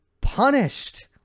Punished